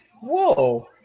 Whoa